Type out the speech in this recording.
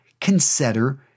consider